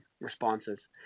responses